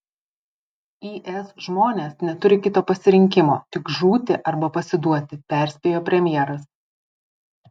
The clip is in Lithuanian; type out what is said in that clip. is žmonės neturi kito pasirinkimo tik žūti arba pasiduoti perspėjo premjeras